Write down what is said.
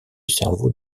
cerveau